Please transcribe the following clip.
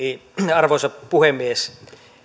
arvoisa puhemies